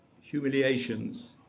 humiliations